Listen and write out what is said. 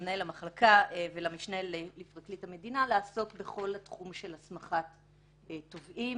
המחלקה ולמשנה לפרקליט המדינה לעסוק בכל התחום של הסמכת תובעים.